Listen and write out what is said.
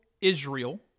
Israel